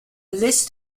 list